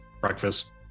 breakfast